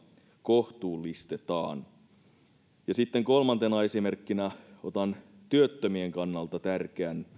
kohtuullistetaan ja sitten kolmantena esimerkkinä otan työttömien kannalta tärkeän